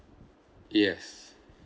yes